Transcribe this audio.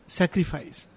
sacrifice